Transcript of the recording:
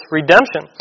redemption